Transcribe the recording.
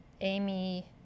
amy